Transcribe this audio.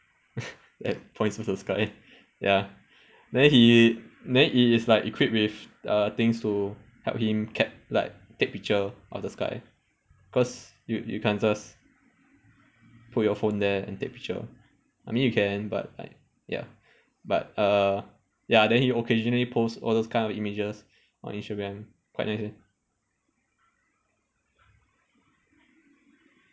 that points to the sky ya then he then it is like equipped with uh things to help him cap~ like take picture of the sky cause you you can't just put your phone there and take picture I mean you can but like ya but uh ya then he occasionally post all those kinds of images on instagram quite nice eh